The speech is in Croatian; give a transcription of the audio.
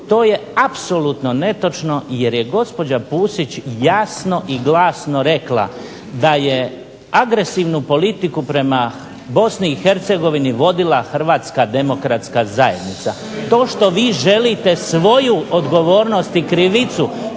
To je apsolutno netočno jer je gospođa Pusić jasno i glasno rekla da je agresivnu politiku prema Bosni i Hercegovini vodila Hrvatska demokratska zajednica. To što vi želite svoju odgovornost i krivicu